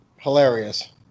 Hilarious